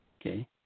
okay